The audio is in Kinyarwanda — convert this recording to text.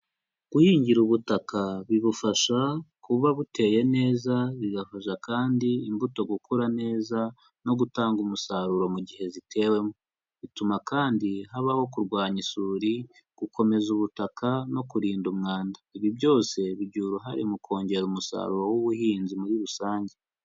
Guhingira ubutaka bibufasha kuba buteye neza bigafashaza kandi imbuto gukura neza no gutanga umusaruro mu gihe zitewemo, bituma kandi habaho kurwanya isuri, gukomeza ubutaka no kurinda umwanda, ibi byose bigira uruhare mu kongera umusaruro w'ubuhinzi muri rusange.